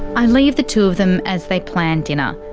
i leave the two of them as they plan dinner,